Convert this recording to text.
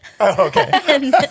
okay